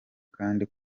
kandi